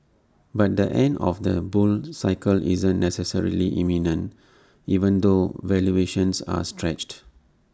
but the end of the bull cycle isn't necessarily imminent even though valuations are stretched